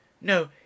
No